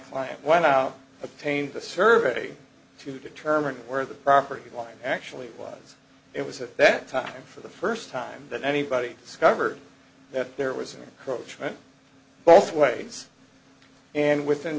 client went out obtain the survey to determine where the property line actually was it was at that time for the first time than anybody discovered that there was a coachman both ways and within